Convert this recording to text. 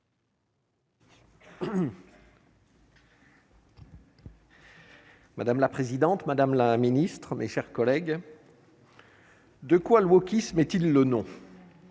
Madame la présidente, Madame la Ministre, mes chers collègues. De quoi le gauchisme est-il le nom.